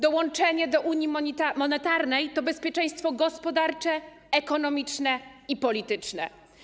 Dołączenie do unii monetarnej to bezpieczeństwo gospodarcze, ekonomiczne i polityczne.